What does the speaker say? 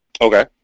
Okay